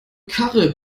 karre